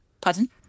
Pardon